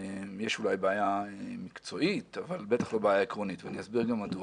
יש אולי בעיה מקצועית אבל בטח לא בעיה עקרונית ואני גם אסביר מדוע.